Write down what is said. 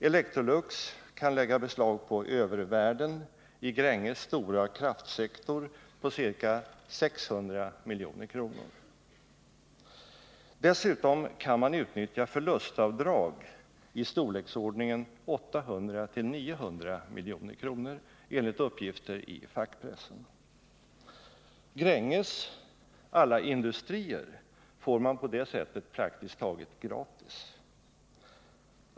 Electrolux kan lägga beslag på övervärden i Gränges stora kraftsektor på ca 600 milj.kr. Dessutom kan man utnyttja förlustavdrag i storleksordningen 800-900 milj.kr. enligt uppgifter i fackpressen. Gränges alla industrier får man på det sättet praktiskt taget gratis.